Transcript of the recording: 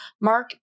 Mark